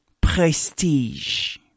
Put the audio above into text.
Prestige